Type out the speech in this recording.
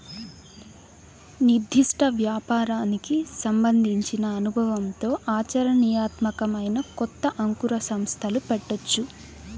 నిర్దిష్ట వ్యాపారానికి సంబంధించిన అనుభవంతో ఆచరణీయాత్మకమైన కొత్త అంకుర సంస్థలు పెట్టొచ్చు